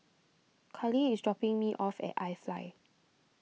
Kallie is dropping me off at iFly